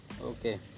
Okay